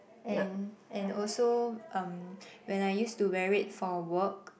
and and also um when I used to wear it for work